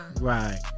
right